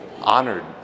honored